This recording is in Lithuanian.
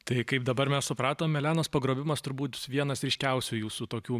tai kaip dabar mes supratom elenos pagrobimas turbūt vienas ryškiausių jūsų tokių